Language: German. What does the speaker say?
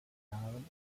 jahren